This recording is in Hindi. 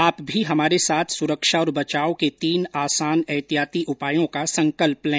आप भी हमारे साथ सुरक्षा और बचाव के तीन आसान एहतियाती उपायों का संकल्प लें